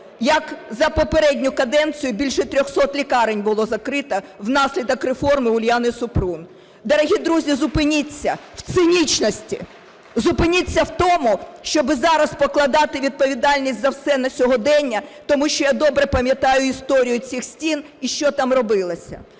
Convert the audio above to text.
як за попередню каденцію більше 300 лікарень було закрито внаслідок реформи Уляни Супрун. Дорогі друзі, зупиніться в цинічності. Зупиніться в тому, щоб зараз покладати відповідальність за все на сьогодення, тому що я добре пам'ятаю історію цих стін і що там робилося.